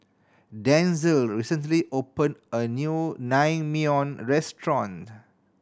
Denzell recently opened a new Naengmyeon Restaurant